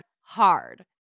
hard